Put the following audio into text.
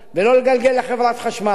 ולא לגלגל לחברת החשמל.